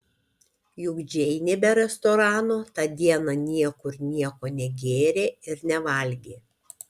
juk džeinė be restorano tą dieną niekur nieko negėrė ir nevalgė